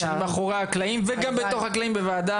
מאחורי הקלעים וגם בתוך הקלעים בוועדה,